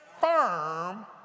firm